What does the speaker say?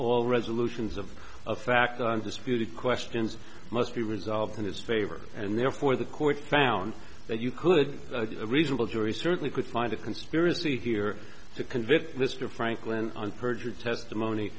all resolutions of a fact on disputed questions must be resolved in his favor and therefore the court found that you could a reasonable jury certainly could find a conspiracy here to convict mr franklin on perjured testimony